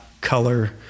color